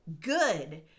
good